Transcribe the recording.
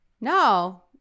no